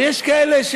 ויש כאלה,